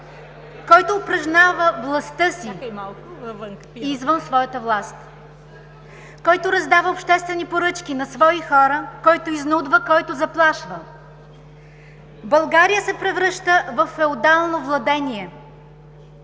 който упражнява властта си извън своята власт, който раздава обществени поръчки на свои хора, който изнудва, който заплашва. България се превръща във феодално владение.